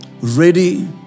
ready